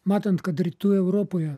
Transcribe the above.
matant kad rytų europoje